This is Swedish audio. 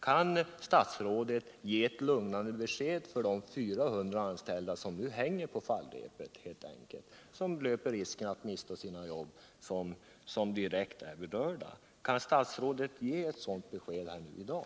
Kan statsrådet ge et lugnande besked ull de 400 anställda som direkt är berörda, som löper risken att mista sina jobb och nu helt enkelt är på fallrepet”? Kan statsrådet ge ett sådant besked här i dag?